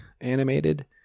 animated